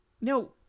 No